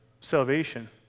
salvation